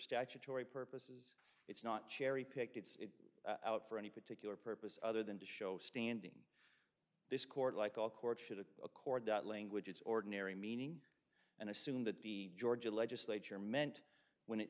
statutory purposes it's not cherry picked it's out for any particular purpose other than to show standing this court like all courts should have accord that language it's ordinary meaning and assume that the georgia legislature meant when it